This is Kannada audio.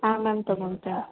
ಹಾಂ ಮ್ಯಾಮ್ ತೊಗೊಂತೀನಿ